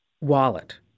wallet